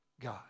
God